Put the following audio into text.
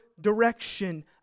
direction